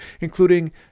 including